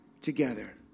together